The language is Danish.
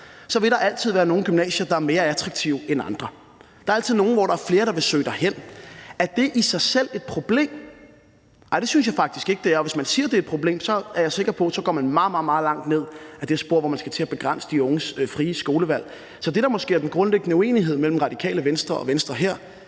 om, vil der altid være nogle gymnasier, der er mere attraktive end andre. Der er altid nogle, som flere vil søge hen på, men er det i sig selv et problem? Nej, det synes jeg faktisk ikke det er, og hvis man siger, det er et problem, er jeg sikker på, at man går meget, meget langt ned ad det spor, hvor man skal til at begrænse de unges frie skolevalg. Så det, der måske er den grundlæggende uenighed mellem Radikale Venstre og Venstre her,